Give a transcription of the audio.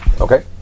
Okay